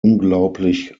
unglaublich